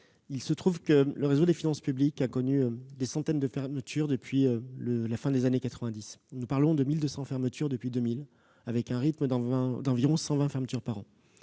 il se trouve que le réseau des finances publiques a connu des centaines de fermetures depuis la fin des années 1990. Nous parlons de 1 200 fermetures depuis 2000, avec un rythme, sur dix ans, d'environ 120 fermetures par an.